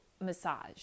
massage